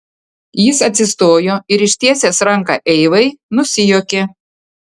jis atsistojo ir ištiesęs ranką eivai nusijuokė